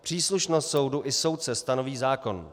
Příslušnost soudu i soudce stanoví zákon.